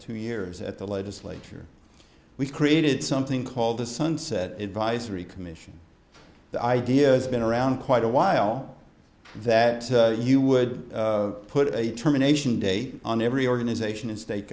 two years at the legislature we created something called the sunset advisory commission the idea has been around quite awhile that you would put a terminations date on every organization in state